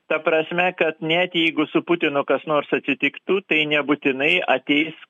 ta prasme kad net jeigu su putinu kas nors atsitiktų tai nebūtinai ateis